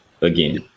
again